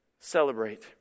celebrate